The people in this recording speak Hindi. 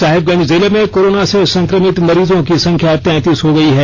साहिबगंज जिले में कोरोना से संक्रमित मरीजों की संख्या तैंतीस हो गई है